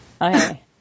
Okay